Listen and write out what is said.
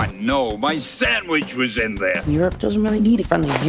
um no! my sandwich was in there! europe doesn't really need a friendly